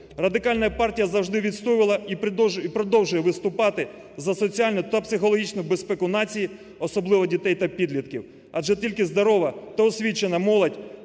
Радикальна партія завжди відстоювала і продовжує виступати за соціальну та психологічну безпеку нації, особливо дітей та підлітків, адже тільки здорова та освічена молодь